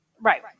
right